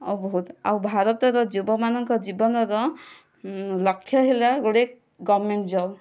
ଆଉ ବହୁତ ଭାରତର ଯୁବମାନଙ୍କର ଜୀବନର ଲକ୍ଷ୍ୟ ହେଲା ଗୋଟିଏ ଗଭର୍ଣ୍ଣମେଣ୍ଟ ଜବ୍